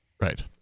Right